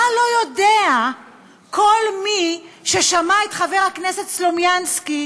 מה לא יודע כל מי ששמע את חבר הכנסת סלומינסקי